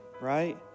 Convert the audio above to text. right